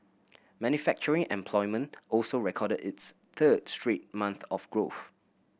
manufacturing employment also recorded its third straight month of growth